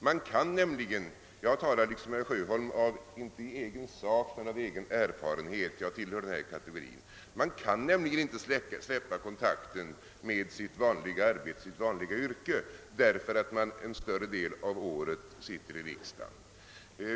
Man kan nämligen inte släppa kontakten med sitt vanliga yrke därför att man under en större del av året sitter i riksdagen, och jag talar liksom herr Sjöholm inte i egen sak men av egen erfarenhet eftersom jag tillhör den här kategorin.